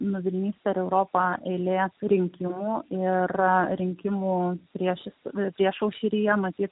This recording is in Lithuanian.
nuvilnys per europą eilės rinkimų ir rinkimų priešis priešaušryje matyt